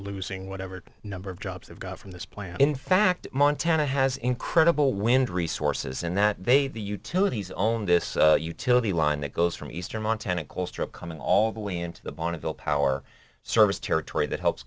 losing whatever number of jobs they've got from this plant in fact montana has incredible wind resources and that they the utilities own this utility line that goes from eastern montana colstrip coming all the way into the bonneville power service territory that helps